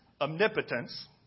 omnipotence